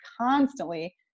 constantly